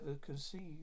conceived